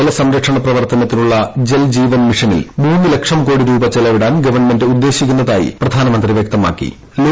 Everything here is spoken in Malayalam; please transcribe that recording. ജലസംരക്ഷണ ഷ്ട്രവർത്തനത്തിനുള്ള ജൽജീവൻ മിഷനിൽ മൂന്ന് ലക്ഷം കോടി രൂപ്പിച്ചെലവിടാൻ ഗവൺമെന്റ് ഉദ്ദേശിക്കുന്നതായി പ്രധാനമന്ത്രി വ്യക്തമാക്ക്ലീ